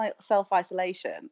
self-isolation